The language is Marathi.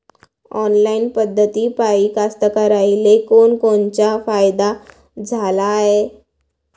ऑनलाईन पद्धतीपायी कास्तकाराइले कोनकोनचा फायदा झाला हाये?